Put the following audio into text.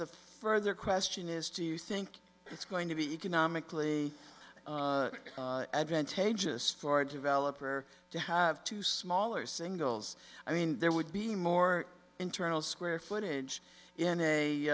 the further question is do you think it's going to be economically advantageous for developer to have two smaller singles i mean there would be more internal square footage in a